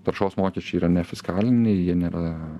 taršos mokesčiai yra nefiskaliniai jie nėra